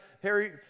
Harry